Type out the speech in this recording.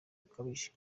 gakabije